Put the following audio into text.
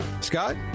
Scott